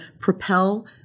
propel